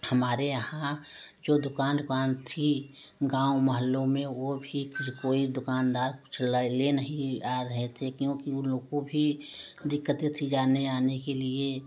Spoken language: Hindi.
हमारे यहाँ जो दुकान उकान थी गाँव महल्लों में वह भी कोई दुकानदार कुछ ले नहीं आ रहे थे क्योंकि उ लोग को भी दिक्कतें थी जाने आने के लिए